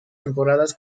temporadas